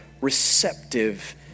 receptive